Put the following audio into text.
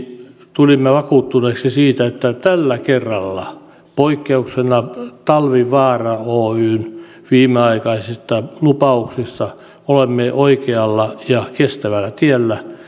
tulimme vakuuttuneiksi siitä että tällä kerralla poikkeuksena talvivaara oyn viimeaikaisista lupauksista olemme oikealla ja kestävällä tiellä